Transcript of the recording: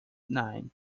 nine